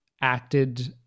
acted